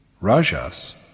Rajas